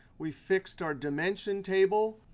we fixed our dimension table.